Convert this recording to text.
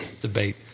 Debate